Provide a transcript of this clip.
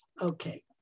Okay